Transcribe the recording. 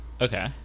Okay